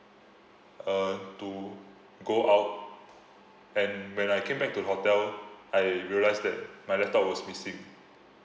uh to go out and when I came back to the hotel I realise that my laptop was missing